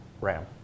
ram